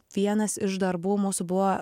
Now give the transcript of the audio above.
vienas iš darbų mūsų buvo